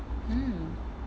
hmm